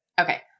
Okay